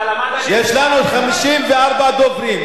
אתה למדת, יש לנו עוד 54 דוברים.